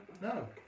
no